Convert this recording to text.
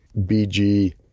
BG